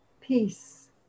Peace